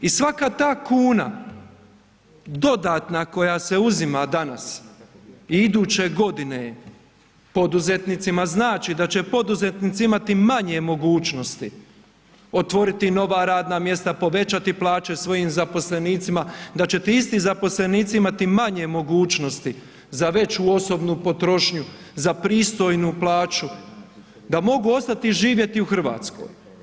I svaka ta kuna dodatna koja se uzima danas i iduće godine poduzetnicima znači da će poduzetnici imati manje mogućnosti otvoriti nova radna mjesta, povećati plaće svojim zaposlenicima, da će ti isti zaposlenici imati manje mogućnosti za veću osobnu potrošnju, za pristojnu plaću da mogu ostati živjeti u Hrvatskoj.